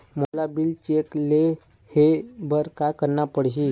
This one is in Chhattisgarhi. मोला बिल चेक ले हे बर का करना पड़ही ही?